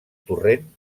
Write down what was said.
torrent